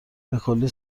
بکلی